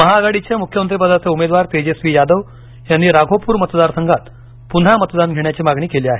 महाआघाडीचे मुख्यमंत्रीपदाचे उमेदवार तेजस्वी यादव यांनी राघोपूर मतदारसंघात पुन्हा मतदान घेण्याची मागणी केली आहे